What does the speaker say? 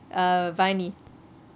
uh vani